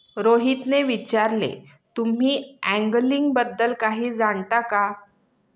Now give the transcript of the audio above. रोहितने विचारले, तुम्ही अँगलिंग बद्दल काही जाणता का?